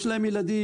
יש להם ילדים,